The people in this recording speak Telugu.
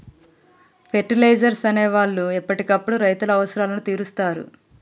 ఫెర్టిలైజర్స్ అనే వాళ్ళు ఎప్పటికప్పుడు రైతుల అవసరాలను తీరుస్తారు